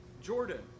Jordan